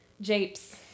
japes